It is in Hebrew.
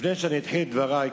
לפני שאתחיל את דברי,